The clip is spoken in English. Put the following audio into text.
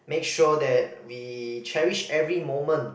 make sure that we cherish every moment